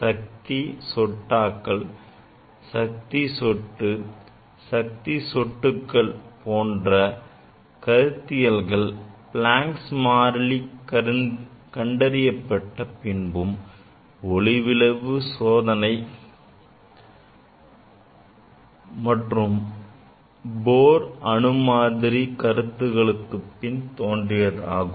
சக்தி சொட்டாக்கல் சக்தி சொட்டு சக்தி சொட்டுக்கள் போன்ற போன்ற கருத்தியல்கள் Planks மாறிலி கண்டறியப்பட்ட பின்பும் ஒளிமின் விளைவு சோதனை மற்றும் Bohr அணுமாதிரி கருத்துகளுக்கு பின் தோன்றியதாகும்